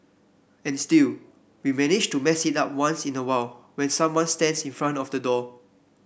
and still we manage to mess it up once in a while when someone stands in front of the door